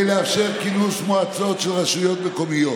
לאפשר כינוס מועצות של רשויות מקומיות,